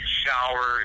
shower